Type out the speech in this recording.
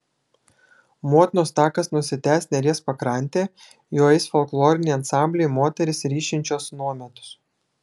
motinos takas nusitęs neries pakrante juo eis folkloriniai ansambliai moterys ryšinčios nuometus